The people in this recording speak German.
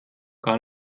gar